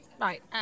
Right